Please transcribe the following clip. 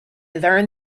learned